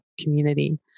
community